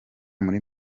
muri